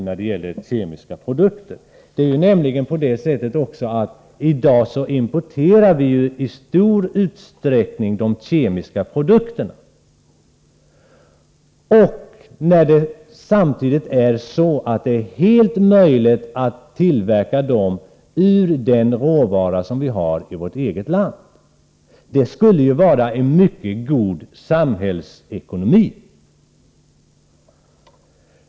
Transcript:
F.n. importerar vi nämligen kemiska produkter i stor utsträckning, samtidigt som det är fullt möjligt att tillverka dessa produkter ur den råvara som vi har i vårt eget land. Det skulle vara en mycket god samhällsekonomi.